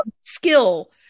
skill